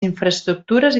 infraestructures